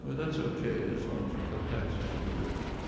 but that's ok, as long as you cut taxes for the rich.